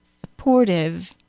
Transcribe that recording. supportive